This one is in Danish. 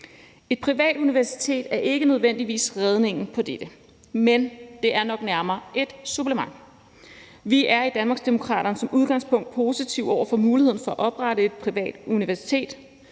Et privat universitet er ikke nødvendigvis redningen i forhold til det, men det er nok nærmere et supplement. Vi er i Danmarksdemokraterne som udgangspunkt positive over for muligheden for at oprette et privat universitet,